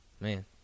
Man